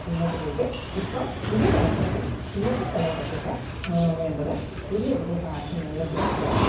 പിന്നോട്ട് പോയിട്ട് ഇപ്പോൾ പുതിയ തലമുറയ്ക്കും ഇന്നത്തെ തലമുറയ്ക്കുമൊക്കെ വേണ്ടത് പുതിയ പുതിയ ഫാഷനിലുള്ള ഡ്രസ്സ്കളാണ്